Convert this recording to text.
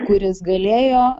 kuris galėjo